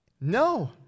No